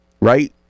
right